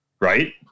right